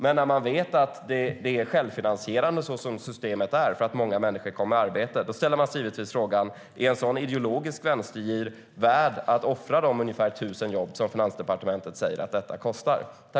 Men när man vet att systemet är självfinansierande som det är, eftersom många människor kommer i arbete, ställer man sig givetvis frågan: Är en sådan ideologisk vänstergir värd att man offrar de ungefär 1 000 jobb, som Finansdepartementet säger att detta kostar?